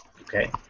Okay